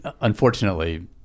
unfortunately